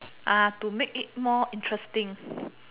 to make it more interesting